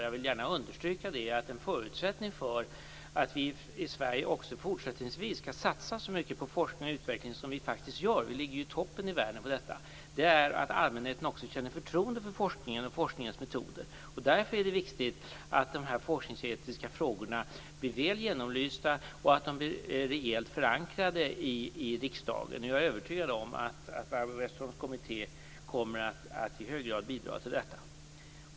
Jag vill gärna understryka att en förutsättning för att vi i Sverige också fortsättningsvis skall satsa så mycket på forskning och utveckling som vi faktiskt gör - vi ligger ju i toppen i världen på detta - är att allmänheten känner förtroende för forskningen och forskningens metoder. Därför är det viktigt att de forskningsetiska frågorna blir väl genomlysta och rejält förankrade i riksdagen. Jag är övertygad om att Barbro Westerholms kommitté kommer att i hög grad bidra till detta.